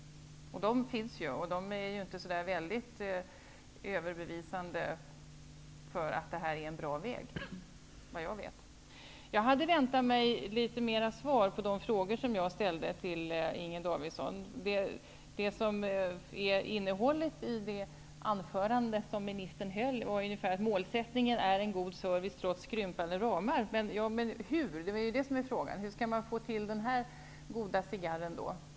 De är inte så väldigt övertygande i fråga om detta är en bra väg, vad jag vet. Jag hade väntat mig mera svar på de frågor som jag ställde till Inger Davidson. Innehållet i ministerns tal var ungefär: Målsättningen är en god service trots krympande ramar. Ja, men hur? Hur skall man få till denna goda cigarr?